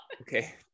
Okay